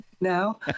now